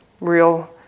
real